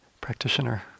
practitioner